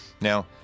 Now